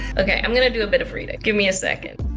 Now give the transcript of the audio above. okay, i'm gonna do a bit of reading. give me a second.